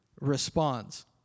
responds